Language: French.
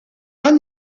pas